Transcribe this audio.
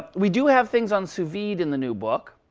we do have things on sous vide in the new book.